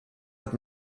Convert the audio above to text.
hat